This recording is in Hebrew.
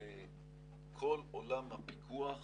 לכל עולם הפיקוח,